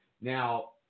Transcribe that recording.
Now